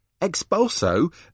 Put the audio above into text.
Expulso